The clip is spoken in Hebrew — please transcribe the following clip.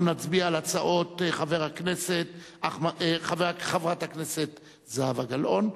אנחנו נצביע על הצעות חברת הכנסת זהבה גלאון,